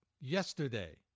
Yesterday